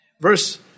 Verse